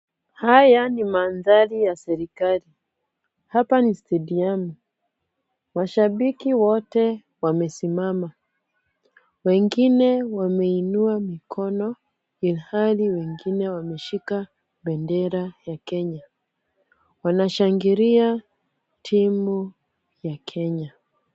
Haya ni mandhari ya serikali. Hapa ni stadium . Washabiki wote wamesimama, wengine wameinua mikono ilhali wengine wameshika bendera ya Kenya. Wanashangilia timu ya Kenya.